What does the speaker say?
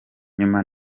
nyuma